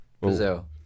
Brazil